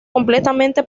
completamente